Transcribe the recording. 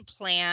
plan